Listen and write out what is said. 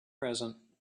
present